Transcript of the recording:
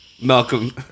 Malcolm